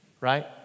Right